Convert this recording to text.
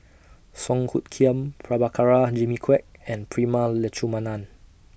Song Hoot Kiam Prabhakara Jimmy Quek and Prema Letchumanan